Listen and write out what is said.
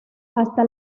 hasta